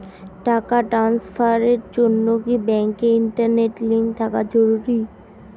টাকা ট্রানস্ফারস এর জন্য কি ব্যাংকে ইন্টারনেট লিংঙ্ক থাকা জরুরি?